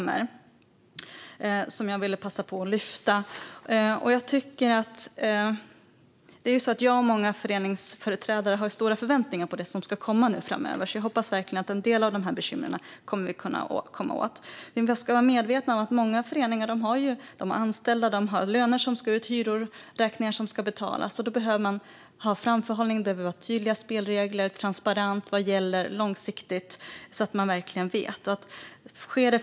Det här är alltså något som återkommer och som jag vill passa på att lyfta. Jag och många föreningsföreträdare har stora förväntningar på det som ska komma framöver, så jag hoppas verkligen att vi kommer att komma åt en del av dessa bekymmer. Vi ska vara medvetna om att många föreningar har anställda. De har löner, hyror och räkningar som ska betalas, och då måste det finnas framförhållning, tydliga spelregler och transparens så att man verkligen vet.